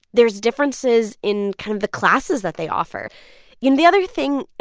there's differences in kind of the classes that they offer you know, the other thing,